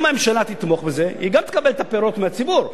אם הממשלה תתמוך בזה היא גם תקבל את הפירות מהציבור.